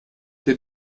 der